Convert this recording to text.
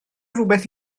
rhywbeth